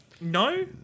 No